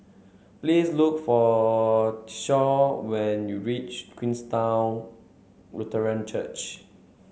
please look for when you reach Queenstown Lutheran Church